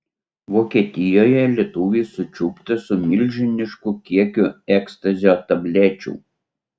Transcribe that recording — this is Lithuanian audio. vokietijoje lietuvis sučiuptas su milžinišku kiekiu ekstazio tablečių